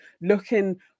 looking